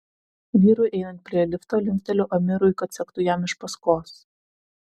vyrui einant prie lifto linkteliu amirui kad sektų jam iš paskos